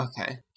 Okay